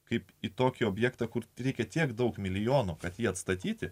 kaip į tokį objektą kur reikia tiek daug milijonų kad jį atstatyti